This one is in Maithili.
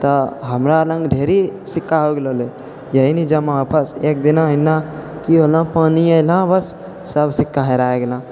तऽ हमरा लङ्ग ढेरी सिक्का हो गेलऽ रहलै इएह ने जमा बस एक दिना एना की होलऽ पानी एलऽ बस सब सिक्का हेरा गेलऽ